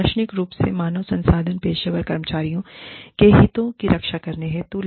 दार्शनिक रूप से मानव संसाधन पेशेवर कर्मचारियों के हितों की रक्षा करने हेतु है